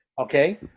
okay